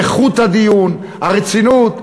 איכות הדיון, הרצינות.